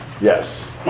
Yes